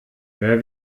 wer